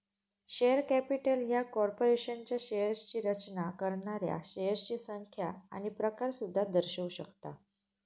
share capital ह्या कॉर्पोरेशनच्या शेअर्सची रचना करणाऱ्या शेअर्सची संख्या आणि प्रकार सुद्धा दर्शवू शकता